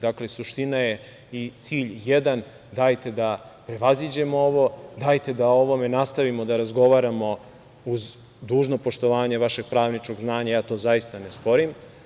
Dakle, suština je i cilj jedan, dajte da prevaziđemo ovo, dajte da o ovome nastavimo da razgovaramo uz dužno poštovanje vašeg pravničkog znanja, ja to zaista ne sporim.